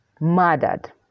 murdered